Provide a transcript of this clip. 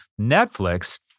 Netflix